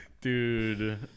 dude